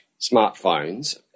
smartphones